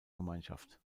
gemeinschaft